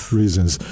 reasons